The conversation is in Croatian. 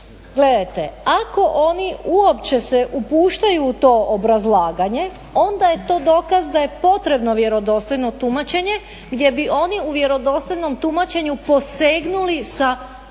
gledajte ako oni uopće se upuštaju u to obrazlaganje onda je to dokaz da je potrebno vjerodostojno tumačenje gdje bi oni u vjerodostojnom tumačenju posegnuli povijesno